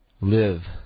Live